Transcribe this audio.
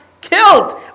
killed